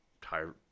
tired